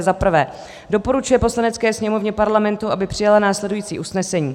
I. doporučuje Poslanecké sněmovně Parlamentu, aby přijala následující usnesení.